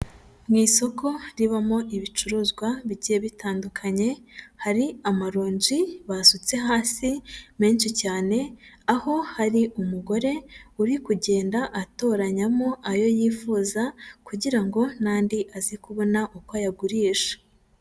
Mu isoko ribamo ibicuruzwa bigiye bitandukanye, hari amaronji basutse hasi menshi cyane, aho hari umugore uri kugenda atoranyamo ayo yifuza kugira ngo n'andi azi kubona uko ayagurisha.